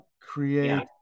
create